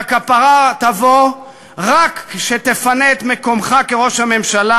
והכפרה תבוא רק כשתפנה את מקומך כראש הממשלה